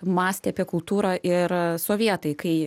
mąstė apie kultūrą ir sovietai kai